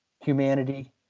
humanity